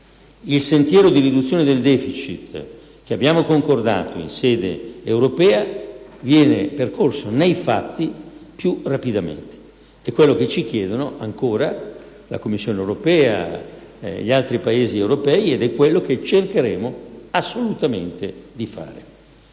Il sentiero di riduzione del deficit che abbiamo concordato in sede europea viene percorso nei fatti più rapidamente: è quello che ci chiedono ancora la Commissione europea e gli altri Paesi europei, ed è quello che cercheremo assolutamente di fare.